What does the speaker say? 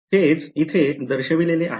हेच येथे दर्शविलेले आहे